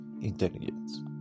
intelligence